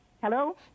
Hello